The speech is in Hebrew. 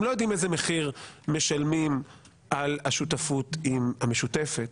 הם לא יודעים איזה מחיר משלמים על השותפות עם המשותפת.